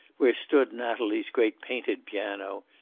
where stood natalie's great painted piano,